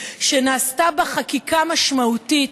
שנעשתה בה חקיקה משמעותית,